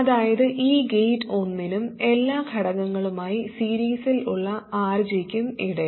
അതായത് ഈ ഗേറ്റ് 1 നും എല്ലാ ഘടകങ്ങളുമായി സീരിസിൽ ഉള്ള RG ക്കും ഇടയിൽ